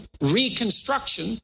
reconstruction